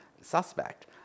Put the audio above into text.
suspect